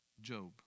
Job